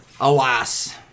alas